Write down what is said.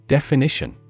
Definition